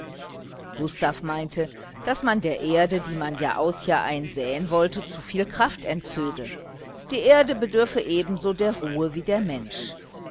gustav meinte daß man der erde wenn man jahraus jahrein säen wollte zu viel kraft entzöge die erde bedürfe ebensogut der ruhe wie der mensch